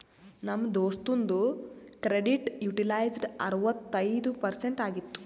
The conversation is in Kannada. ನಮ್ ದೋಸ್ತುಂದು ಕ್ರೆಡಿಟ್ ಯುಟಿಲೈಜ್ಡ್ ಅರವತ್ತೈಯ್ದ ಪರ್ಸೆಂಟ್ ಆಗಿತ್ತು